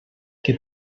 que